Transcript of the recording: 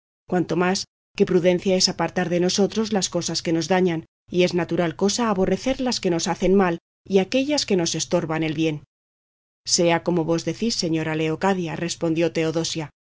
cuanto más que prudencia es apartar de nosotros las cosas que nos dañan y es natural cosa aborrecer las que nos hacen mal y aquellas que nos estorban el bien sea como vos decís señora leocadia respondió teodosia